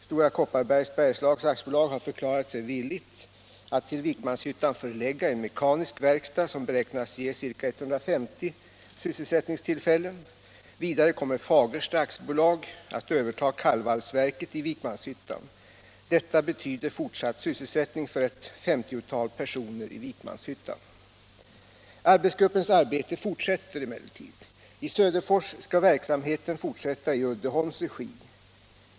Stora Kopparbergs Bergslags AB har förklarat sig villigt att till Vikmanshyttan förelägga en mekanisk verkstad som beräknas ge ca 150 sysselsättningstillfällen. Vidare kommer Fagersta AB att överta kallvalsverket i Vikmanshyttan. Detta betyder fortsatt sysselsättning för ett femtiotal personer i Vikmanshyttan. Arbetsgruppens arbete fortsätter. I Söderfors skall verksamheten fortsätta i Uddeholms regi.